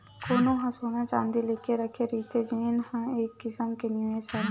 कोनो ह सोना चाँदी लेके रखे रहिथे जेन ह एक किसम के निवेस हरय